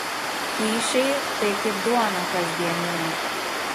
kyšiai tai kaip duona kasdieninė